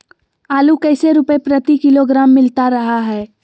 आलू कैसे रुपए प्रति किलोग्राम मिलता रहा है?